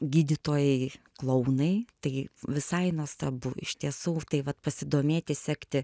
gydytojai klounai tai visai nuostabu iš tiesų tai vat pasidomėti sekti